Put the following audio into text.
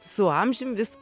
su amžium vis